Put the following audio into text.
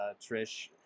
Trish